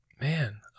Man